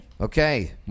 Okay